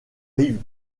rive